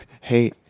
Hey